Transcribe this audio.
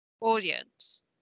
audience